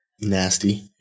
Nasty